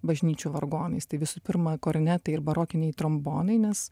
bažnyčių vargonais tai visų pirma kornetai ir barokiniai trombonai nes